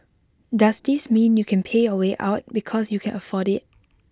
does this mean you can pay way out because you can afford IT